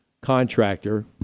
contractor